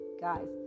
guys